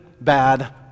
bad